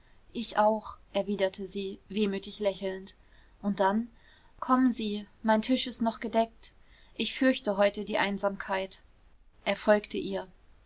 ich auch erwiderte sie wehmütig lächelnd und dann kommen sie mein tisch ist noch gedeckt ich fürchte heute die einsamkeit er folgte ihr